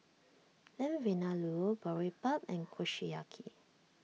Lamb Vindaloo Boribap and Kushiyaki